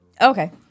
Okay